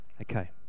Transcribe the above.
Okay